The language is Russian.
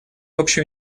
общие